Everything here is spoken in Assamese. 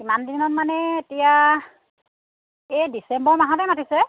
কিমান দিনত মানে এতিয়া এই ডিচেম্বৰ মাহতে মাতিছে